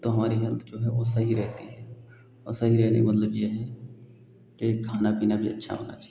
तो हमारी हेल्थ जो है वह सही रहती है और सही रहने के मतलब यह है कि खाना पीना भी अच्छा होना चाहिए